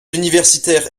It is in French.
universitaires